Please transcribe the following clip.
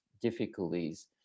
difficulties